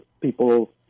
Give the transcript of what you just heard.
people